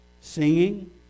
singing